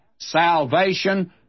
salvation